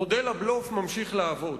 מודל הבלוף ממשיך לעבוד.